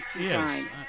Yes